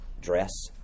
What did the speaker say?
dress